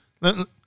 Let